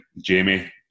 Jamie